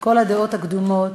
את כל הדעות הקדומות,